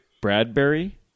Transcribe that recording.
Bradbury